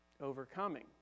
overcoming